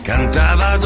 Cantava